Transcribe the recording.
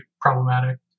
problematic